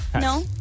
No